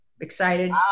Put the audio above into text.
excited